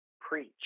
preach